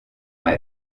mal